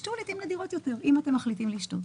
ישתו לעתים נדירות יותר, אם מחליטים לשתות.